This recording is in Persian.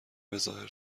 بهظاهر